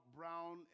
brown